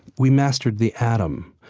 we mastered the atom.